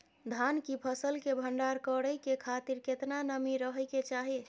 धान की फसल के भंडार करै के खातिर केतना नमी रहै के चाही?